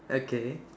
okay